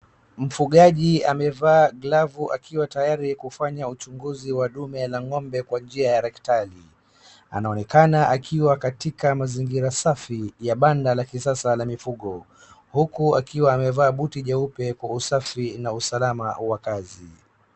Mfungaji amevaa glavu akiwa tayari kufanya uchunguzi la ndume wa ng'ombe kwa njia ya daktari. Anaonekana akiwa katika mazingira safi ya banda la kisasa la mifugo huku akiwa amevaa buti jeupe kwa usafi na usalama wa kazi.